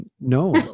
no